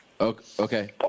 Okay